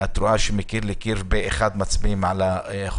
שאת רואה שמקיר לקיר, פה אחד, מצביעים בעדו.